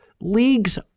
leagues